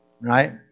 right